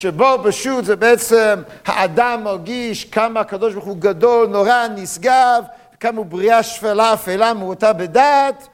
שבו פשוט זה בעצם האדם מרגיש כמה הקב"ה הוא גדול, נורא נשגב, כמה הוא בריאה שפלה, אפלה, מועטה בדעת.